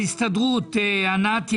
ההסתדרות, ענת יהב.